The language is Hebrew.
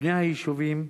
בני היישובים,